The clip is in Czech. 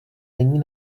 není